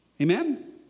Amen